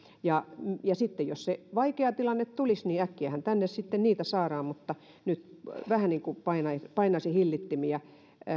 sitten jos se vaikea tilanne tulisi niin äkkiähän tänne sitten niitä saadaan mutta nyt vähän painaisin painaisin hillitsimiä